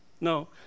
no